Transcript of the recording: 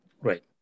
Right